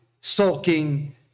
sulking